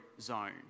zone